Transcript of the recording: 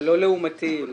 ולא לעומתיים.